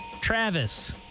Travis